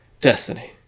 destiny